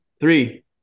Three